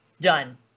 done